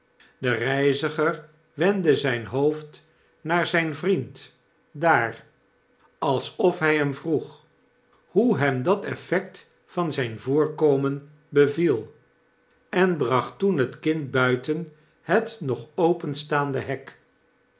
de reiziger wendde zijn hoofd naar zyn vriend daar alsof hy hem vroe hoe hem dat effect van zyn voorkomen beviel en bracht toen het kind buiten het nog openstaande hek